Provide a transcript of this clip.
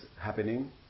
happening